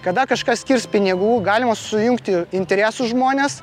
kada kažkas skirs pinigų galima sujungti interesų žmones